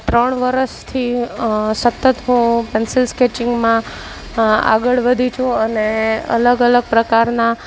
ત્રણ વરસથી સતત હું પેન્સિલ સ્કેચિંગમાં આગળ વધી છું અને અલગ અલગ પ્રકારના